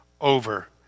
over